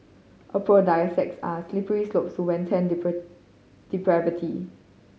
aphrodisiacs are slippery slopes to wanton depravity